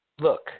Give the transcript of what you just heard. look